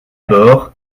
bord